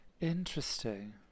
interesting